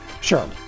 Sure